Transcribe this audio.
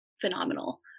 phenomenal